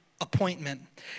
appointment